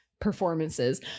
performances